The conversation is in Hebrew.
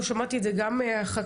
ושמעתי את זה גם מהחקלאים,